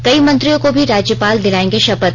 कई मंत्रियों को भी राज्यपाल दिलायेंगे शपथ